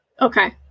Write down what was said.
okay